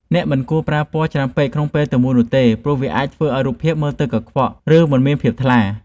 អ្នកមិនគួរប្រើពណ៌ច្រើនពេកក្នុងពេលតែមួយនោះទេព្រោះវាអាចធ្វើឱ្យរូបភាពមើលទៅកខ្វក់ ឬ មិនមានភាពថ្លា។